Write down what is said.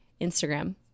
Instagram